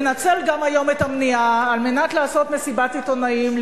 מנצל גם היום את המליאה על מנת לעשות מסיבת עיתונאים,